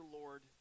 Lord